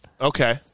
Okay